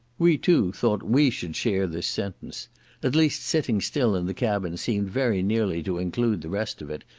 we too thought we should share this sentence at least sitting still in the cabin seemed very nearly to include the rest of it,